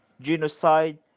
genocide